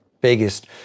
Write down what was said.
biggest